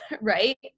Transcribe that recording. right